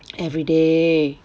everyday